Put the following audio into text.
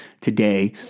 today